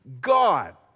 God